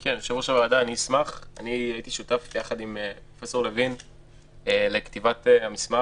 אני הייתי ראש הצוות ששותף ביחד עם פרופ' לוין לכתיבת המסמך.